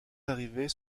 arrivés